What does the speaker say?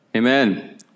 Amen